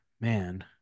Man